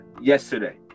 yesterday